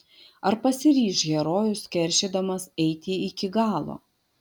ar pasiryš herojus keršydamas eiti iki galo